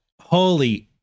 Holy